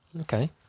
Okay